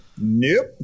Nope